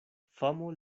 famo